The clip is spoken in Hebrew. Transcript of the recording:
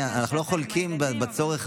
אנחנו לא חולקים על הצורך,